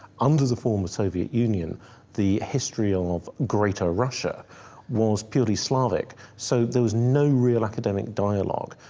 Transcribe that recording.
under the former soviet union the history of greater russia was purely slavic so there was no real academic dialogue,